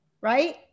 right